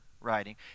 writing